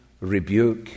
rebuke